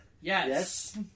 Yes